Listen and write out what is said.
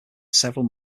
several